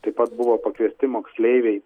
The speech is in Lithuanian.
taip pat buvo pakviesti moksleiviai